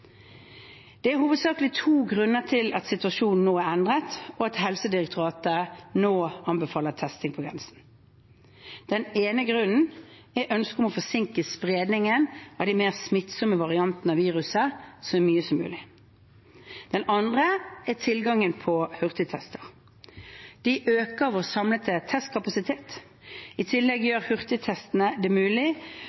Det er hovedsakelig to grunner til at situasjonen nå er endret, og at Helsedirektoratet nå anbefaler testing på grensen. Den ene grunnen er ønsket om å forsinke spredningen av de mer smittsomme variantene av viruset så mye som mulig. Den andre grunnen er tilgangen på hurtigtester. De øker vår samlede testkapasitet. I tillegg